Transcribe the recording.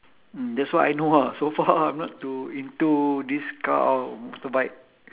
mm that's what I know ah so far I'm not to into this car or motorbike